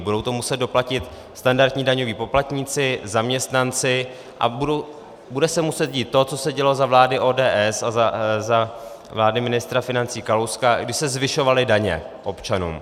Budou to muset doplatit standardní daňoví poplatníci, zaměstnanci a bude se muset dít to, co se dělo za vlády ODS a za vlády ministra financí Kalouska, kdy se zvyšovaly daně občanům.